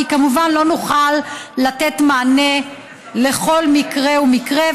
כי כמובן לא נוכל לתת מענה על כל מקרה ומקרה,